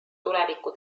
tuleviku